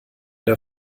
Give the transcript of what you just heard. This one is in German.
der